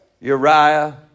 Uriah